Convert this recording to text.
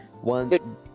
One